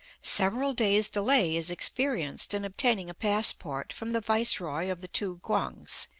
several days' delay is experienced in obtaining a passport from the viceroy of the two quangs,